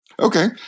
Okay